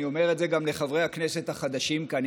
אני אומר את זה גם לחברי הכנסת החדשים כאן: